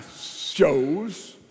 shows